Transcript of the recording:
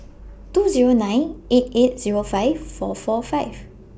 two Zero nine eight eight Zero five four four five